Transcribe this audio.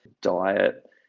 diet